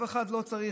ואף אחד לא צריך,